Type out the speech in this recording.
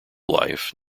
life